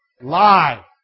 Lie